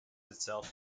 itself